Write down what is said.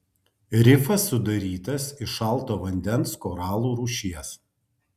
rifas sudarytas iš šalto vandens koralų rūšies